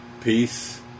peace